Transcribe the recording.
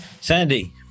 Sandy